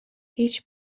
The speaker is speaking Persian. هیچ